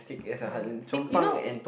ya you you know